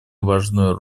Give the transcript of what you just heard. важную